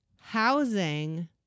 housing